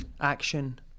action